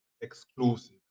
exclusive